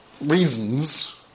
reasons